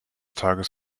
tages